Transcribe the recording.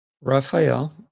Raphael